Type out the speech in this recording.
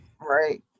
Right